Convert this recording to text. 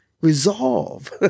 resolve